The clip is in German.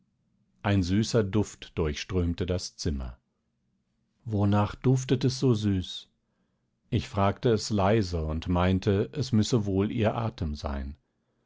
ein süßer duft durchströmte das zimmer wonach duftet es so süß ich fragte es leise und meinte es müsse wohl ihr atem sein